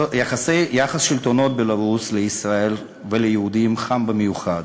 יחס שלטונות בלרוס לישראל וליהודים חם במיוחד.